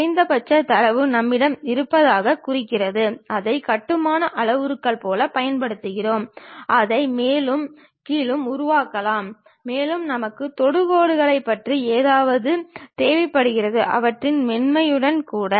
குறைந்தபட்ச தரவு நம்மிடம் இருப்பதைக் குறிக்கிறது அதை கட்டுப்பாட்டு அளவுருக்கள் போலப் பயன்படுத்துவோம் அதை மேலும் கீழும் உருவாக்கலாம் மேலும் நமக்கு தொடுகோடுகளைப் பற்றி ஏதாவது தேவைப்படுகிறது அவற்றின் மென்மையும் கூட